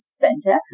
center